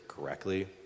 correctly